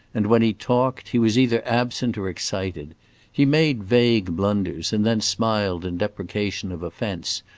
and when he talked, he was either absent or excited he made vague blunders, and then smiled in deprecation of offence,